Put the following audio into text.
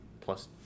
plus